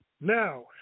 Now